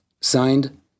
Signed